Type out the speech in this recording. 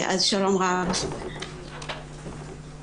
בשנה האחרונה עבדנו על גיבוש ופיתוח של מערכת דשבורד,